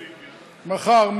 מחר,